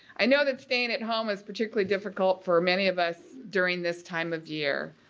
i know that staying at home is particularly difficult for many of us during this time of year.